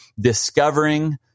discovering